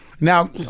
Now